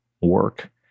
work